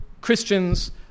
Christians